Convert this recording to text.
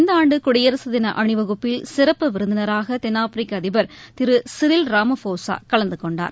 இந்த ஆண்டு குடியரசுதின அணிவகுப்பில் சிறப்பு விருந்தினராக தென்னாப்பிரிக்க அதிபர் திரு சிரில் ராமபோசா கலந்துகொண்டார்